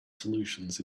solutions